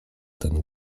ten